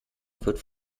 wird